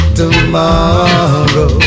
tomorrow